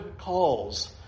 calls